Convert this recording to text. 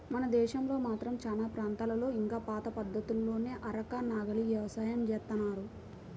మన దేశంలో మాత్రం చానా ప్రాంతాల్లో ఇంకా పాత పద్ధతుల్లోనే అరక, నాగలి యవసాయం జేత్తన్నారు